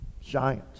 giant